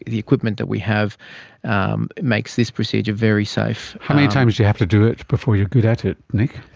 the equipment that we have um makes this procedure very safe. how many times do you have to do it before you're good at it, nick?